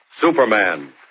Superman